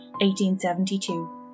1872